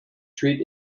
treat